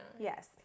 Yes